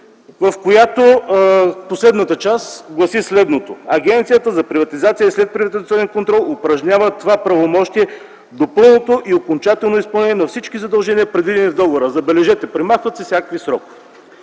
в последната част гласи следното: „Агенцията за приватизация и следприватизационен контрол упражнява това правомощие до пълното и окончателно изпълнение на всички задължения, предвидени в договора”. Забележете, премахват се всякакви срокове.